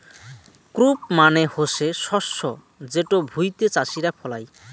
crop মানে হসে শস্য যেটো ভুঁইতে চাষীরা ফলাই